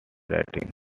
writing